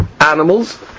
animals